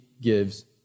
gives